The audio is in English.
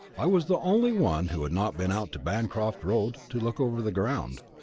i was the only one who had not been out to bancroft road to look over the ground.